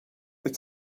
wyt